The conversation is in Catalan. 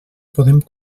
podem